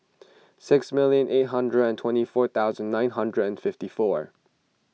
six million eight hundred and twenty four thousand nine hundred and fifty four